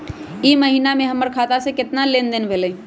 ई महीना में हमर खाता से केतना लेनदेन भेलइ?